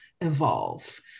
evolve